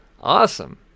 Awesome